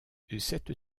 cette